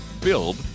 Build